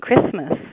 Christmas